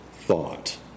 thought